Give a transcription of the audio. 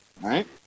right